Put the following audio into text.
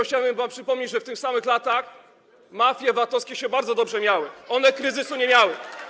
Chciałbym wam przypomnieć, że w tych samych latach mafie VAT-owskie bardzo dobrze się miały, one kryzysu nie miały.